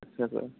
अच्छा सर